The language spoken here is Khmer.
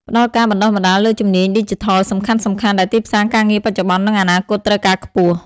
ផ្តល់ការបណ្តុះបណ្តាលលើជំនាញឌីជីថលសំខាន់ៗ ដែលទីផ្សារការងារបច្ចុប្បន្ន និងអនាគតត្រូវការខ្ពស់